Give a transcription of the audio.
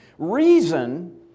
Reason